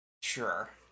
Sure